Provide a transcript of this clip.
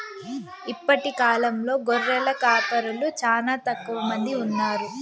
ఇప్పటి కాలంలో గొర్రెల కాపరులు చానా తక్కువ మంది ఉన్నారు